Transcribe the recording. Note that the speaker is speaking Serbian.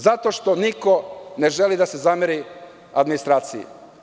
Zato što niko ne želi da se zamera administraciji.